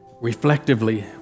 reflectively